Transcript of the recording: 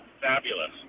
fabulous